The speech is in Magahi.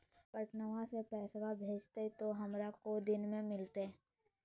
पटनमा से पैसबा भेजते तो हमारा को दिन मे मिलते?